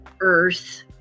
earth